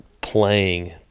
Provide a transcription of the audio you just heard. playing